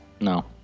No